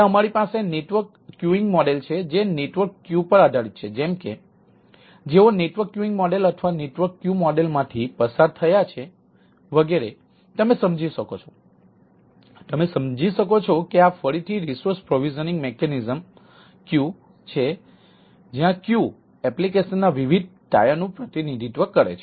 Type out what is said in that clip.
ત્યાં અમારી પાસે નેટવર્ક ક્યુઇન્ગ મોડેલ નું પ્રતિનિધિત્વ કરે છે